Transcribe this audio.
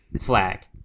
flag